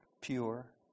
pure